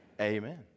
Amen